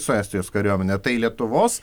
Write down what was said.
su estijos kariuomene tai lietuvos